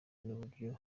n’uburyo